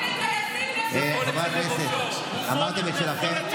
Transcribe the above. חברי הכנסת, אמרתם את שלכם.